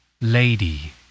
Lady